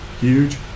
huge